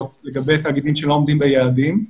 לגבי תאגידים שלא עומדים ביעדים.